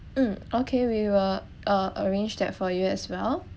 mm okay we will uh arrange that for you as well